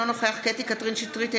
אינו נוכח קטי קטרין שטרית,